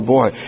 Boy